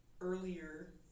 earlier